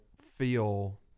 feel